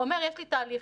אומר: יש לי תהליך.